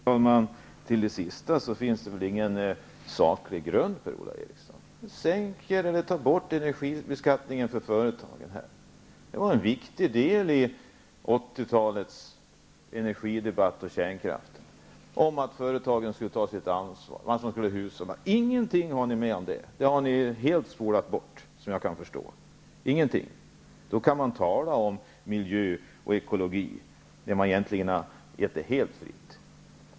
Herr talman! Det sista finns det väl ingen saklig grund för, Per-Ola Eriksson! Ni sänker eller tar bort energibeskattningen för företagen. Det var en viktig del i 80-talets debatt om energin och kärnkraften att företagen skulle ta sitt ansvar och att de skulle hushålla. Ingenting har ni med om det. Det har ni enligt vad jag kan förstå helt spolat bort. Tala om miljö och ekologi -- ni har lämnat det fältet helt fritt.